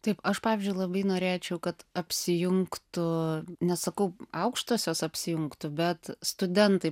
taip aš pavyzdžiui labai norėčiau kad apsijungtų nesakau aukštosios apsijungtų bet studentai